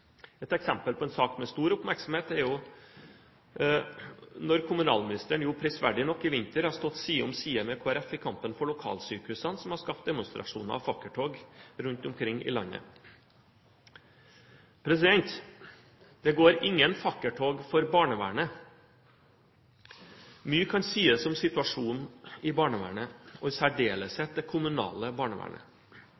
Et eksempel på en sak med stor oppmerksomhet er når kommunalministeren prisverdig nok i vinter har stått side om side med Kristelig Folkeparti i kampen for lokalsykehusene, som har skapt demonstrasjoner og fakkeltog rundt omkring i landet. Det går ingen fakkeltog for barnevernet. Mye kan sies om situasjonen i barnevernet, og